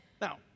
Now